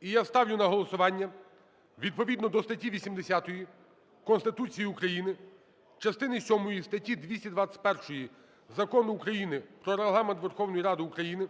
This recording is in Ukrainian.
І я ставлю на голосування відповідно до статті 80 Конституції України, частини сьомої статті 221 Закону України "Про Регламент Верховної Ради України"